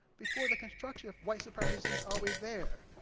before the construction, of white supremacy's always there.